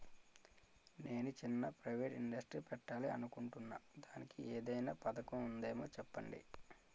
నేను చిన్న private industry పెట్టాలి అనుకుంటున్నా దానికి ఏదైనా పథకం ఉందేమో చెప్పండి?